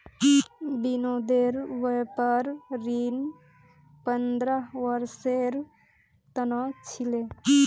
विनोदेर व्यापार ऋण पंद्रह वर्षेर त न छिले